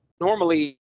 normally